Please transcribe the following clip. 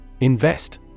Invest